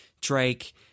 Drake